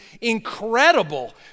Incredible